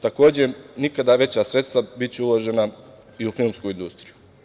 Takođe, nikada veća sredstva biće uložena i u filmsku industriju.